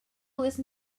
listen